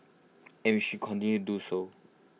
and should continue do so